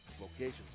Locations